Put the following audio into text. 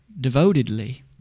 devotedly